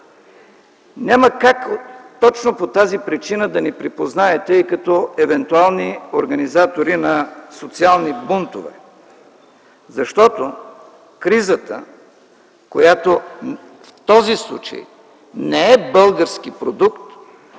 Няма как, точно по тази причина, да ни припознаете и като евентуални организатори на социални бунтове, защото кризата, която в този случай не е български продукт,